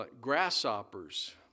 grasshoppers